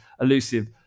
elusive